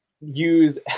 use